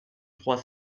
trois